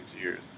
years